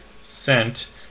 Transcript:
sent